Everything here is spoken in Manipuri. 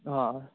ꯑꯥ